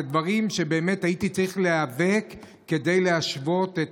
אלה דברים שבאמת הייתי צריך להיאבק כדי להשוות את